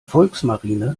volksmarine